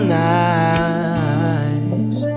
nice